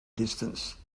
distance